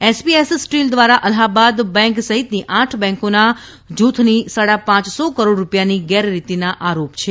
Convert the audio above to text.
SPS steel દ્વારા Allahabad bank સહિતની આઠ બેન્કોના જૂથની સાડા પાંચસો કરોડ રૂપિયાની ગેરરીતીના આરોપ છે